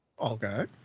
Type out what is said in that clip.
Okay